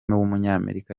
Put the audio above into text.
w’umunyamerika